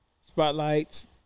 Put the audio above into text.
spotlights